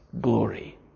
glory